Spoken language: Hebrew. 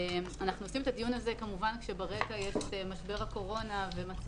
אנחנו עושים את הדיון הזה כמובן כשברקע יש את משבר הקורונה ויש